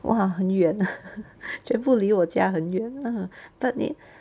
!wah! 很远全部离我家很远 ah 特地